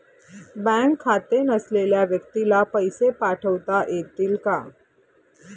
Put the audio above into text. Bank खाते नसलेल्या व्यक्तीला पैसे पाठवता येतील का?